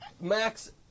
Max